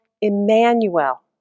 Emmanuel